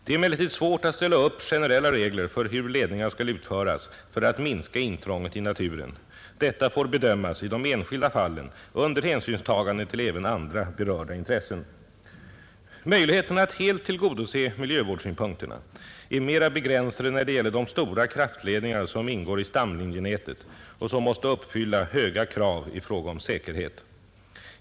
Det är emellertid svårt att ställa upp generella regler för hur ledningar skall utföras för att minska intrånget i naturen. Detta får bedömas i de enskilda fallen under hänsynstagande till även andra berörda intressen. Möjligheterna att helt tillgodose miljövårdssynpunkterna är mera begränsade när det gäller de stora kraftledningar som ingår i stamlinjenätet och som måste uppfylla höga krav i fråga om säkerhet.